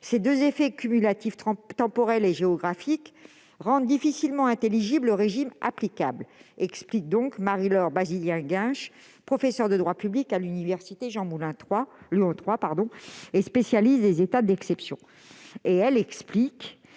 Ces deux effets cumulatifs, temporel et géographique, rendent difficilement intelligible le régime applicable, selon Marie-Laure Basilien-Gainche, professeure de droit public à l'université Jean-Moulin Lyon 3 et spécialiste des états d'exception. Elle explique,